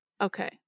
Okay